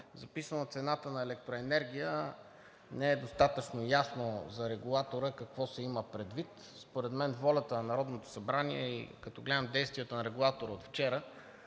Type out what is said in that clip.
записана цената на електроенергия за Регулатора не е достатъчно ясно какво се има предвид. Според мен волята на Народното събрание, и като гледам действията на Регулатора от вчера,